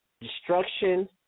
destruction